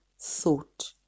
thought